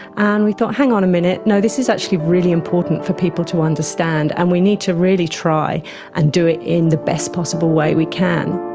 and we thought, hang on a minute, no, this is actually really important for people to understand and we need to really try and do it in the best possible way we can.